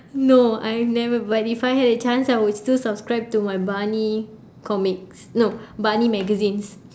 no I've never but if I had a chance I would still subscribe to my barney comics no barney magazines